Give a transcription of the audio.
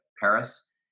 Paris